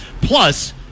Plus